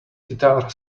guitar